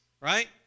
right